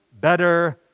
better